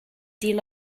deal